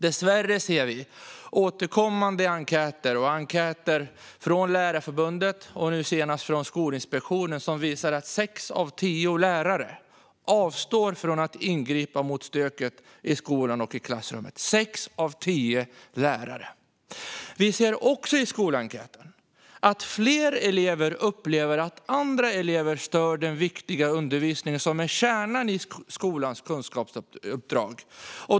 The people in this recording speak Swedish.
Dessvärre ser vi i återkommande enkäter, enkäter från Lärarförbundet och nu senast från Skolinspektionen, att sex av tio lärare avstår från att ingripa mot stöket i skolan och i klassrummet - sex av tio lärare! Vi ser också i skolenkäter att fler elever upplever att andra elever stör den viktiga undervisningen som är kärnan i skolans kunskapsuppdrag.